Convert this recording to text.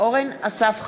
אורן אסף חזן,